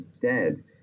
dead